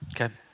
Okay